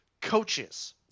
coaches